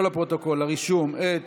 לא לפרוטוקול, לרישום, את